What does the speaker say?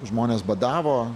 žmonės badavo